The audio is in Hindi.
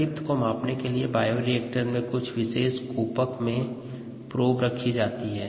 प्रतिदीप्त को मापने के लिए बायोरिएक्टर के विशेष कूपक में प्रोब रखी जाती है